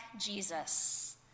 Jesus